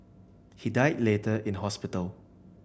he died later in hospital